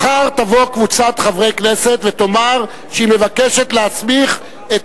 מחר תבוא קבוצת חברי כנסת ותאמר שהיא מבקשת להסמיך את